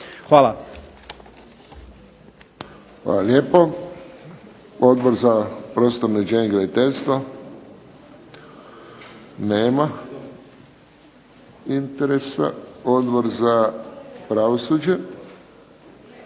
(HSS)** Hvala lijepo. Odbor za prostorno uređenje i graditeljstvo. Nema interesa. Odbor za pravosuđe,